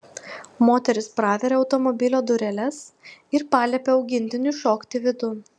moteris praveria automobilio dureles ir paliepia augintiniui šokti vidun